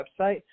website